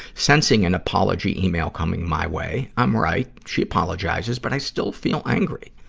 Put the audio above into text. sensing an apology email coming my way. i'm right she apologizes but, i still feel angry.